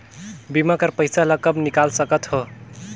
बीमा कर पइसा ला कब निकाल सकत हो?